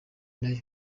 nayo